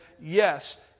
yes